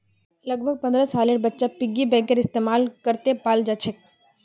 लगभग पन्द्रह सालेर बच्चा पिग्गी बैंकेर इस्तेमाल करते पाल जाछेक